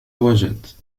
وجد